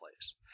place